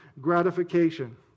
gratification